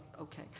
okay